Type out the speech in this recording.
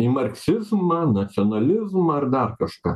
į marksizmą nacionalizmą ar dar kažką